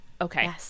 Okay